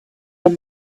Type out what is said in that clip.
from